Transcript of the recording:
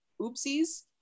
oopsies